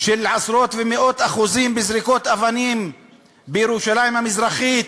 של עשרות ומאות אחוזים בזריקות אבנים בירושלים המזרחית.